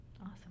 Awesome